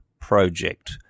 Project